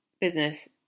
business